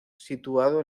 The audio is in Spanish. situado